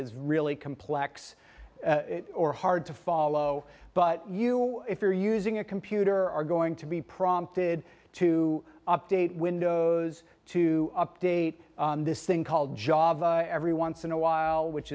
is really complex or hard to follow but you know if you're using a computer are going to be prompted to update windows to update this thing called java every once in a while which